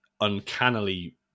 uncannily